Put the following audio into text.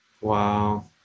Wow